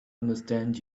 understand